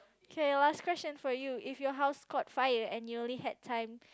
okay last question for you if your house caught fire and you only had time